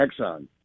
Exxon